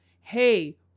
hey